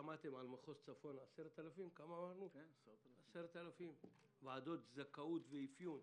שמעתם רק על מחוז צפון: 10,000 שעברו בוועדות זכאות ואפיון